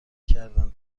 کردن